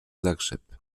zakrzep